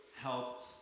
helped